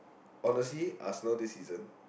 honestly are slow this season